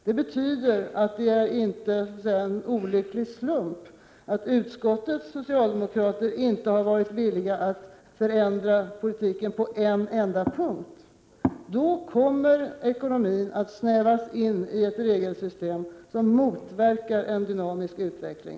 Det betyder att det inte är en olycklig slump att utskottets socialdemokrater inte har varit villiga att förändra politiken på en enda punkt. Då kommer ekonomin att snävas in, till men för oss alla, i ett regelsystem som motverkar en dynamisk utveckling.